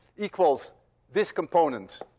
equals this component,